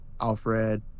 alfred